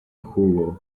jugo